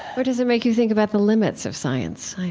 or does it make you think about the limits of science?